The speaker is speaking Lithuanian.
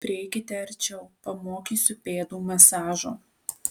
prieikite arčiau pamokysiu pėdų masažo